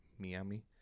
Miami